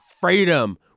freedom